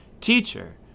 Teacher